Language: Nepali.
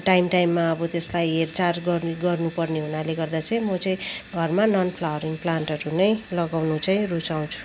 टाइम टाइममा अब त्यसलाई हेरचाह गर्ने गर्नु पर्ने हुनाले गर्दा चाहिँ म चाहिँ घरमा नन् फ्लावरिङ प्लान्टहरू नै लगाउनु चाहिँ रुचाउँछु